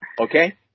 Okay